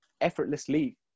effortlessly